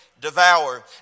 Devour